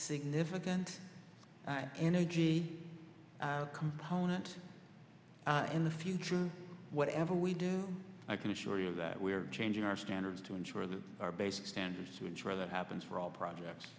significant energy component in the future whatever we do i can assure you that we are changing our standards to ensure that our basic standards to ensure that happens for all projects